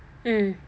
mm